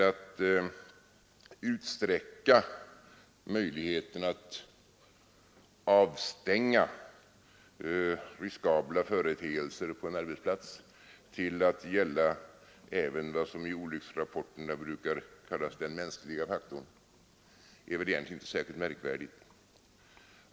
Att utsträcka möjligheterna att avstänga riskabla företeelser på en arbetsplats till att gälla även vad som i olycksfallsrapporterna brukar kallas den mänskliga faktorn är väl inte särskilt märkvärdigt.